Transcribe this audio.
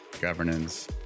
governance